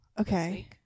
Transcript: okay